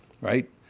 right